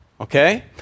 Okay